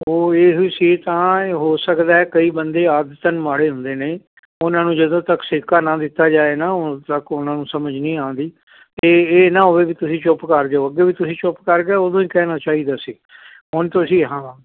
ਤੋ ਇਹ ਸੀ ਤਾਂ ਹੋ ਸਕਦਾ ਕਈ ਬੰਦੇ ਆਗ ਸਨ ਮਾੜੇ ਹੁੰਦੇ ਨੇ ਉਹਨਾਂ ਨੂੰ ਜਦੋਂ ਤੱਕ ਸਿਵਕਾ ਨਾ ਦਿੱਤਾ ਜਾਏ ਨਾ ਸਮਝ ਨਹੀਂ ਆਉਂਦੀ ਕਿ ਇਹ ਨਾ ਹੋਵੇ ਵੀ ਤੁਸੀਂ ਚੁੱਪ ਕਰ ਜਾਓ ਅੱਗੇ ਵੀ ਤੁਸੀਂ ਚੁੱਪ ਕਰ ਗਏ ਉਦੋਂ ਹੀ ਕਹਿਣਾ ਚਾਹੀਦਾ ਸੀ ਹੁਣ ਤੁਸੀਂ ਹਾਂ